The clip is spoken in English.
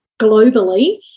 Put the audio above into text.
globally